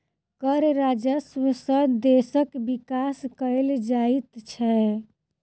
कर राजस्व सॅ देशक विकास कयल जाइत छै